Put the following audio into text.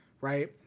right